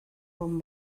bon